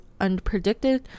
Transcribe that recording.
unpredicted